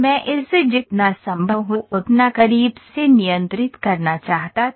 मैं इसे जितना संभव हो उतना करीब से नियंत्रित करना चाहता था